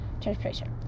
transportation